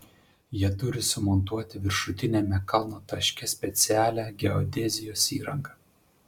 jie turi sumontuoti viršutiniame kalno taške specialią geodezijos įrangą